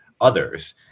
others